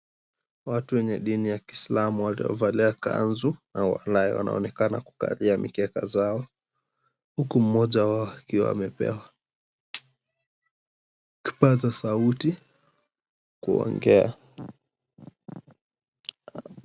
Watu wenye dini ya kiislamu wamevalia kanzu na wanaonekana kukaa juu ya mikeka zao, huku mmoja wao akiwa amepewa kipaza sauti kuongea.